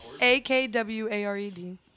A-K-W-A-R-E-D